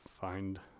find